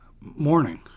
morning